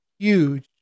huge